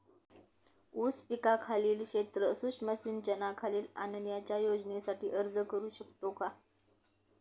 ऊस पिकाखालील क्षेत्र सूक्ष्म सिंचनाखाली आणण्याच्या योजनेसाठी अर्ज करू शकतो का?